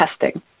testing